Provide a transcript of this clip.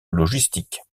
logistique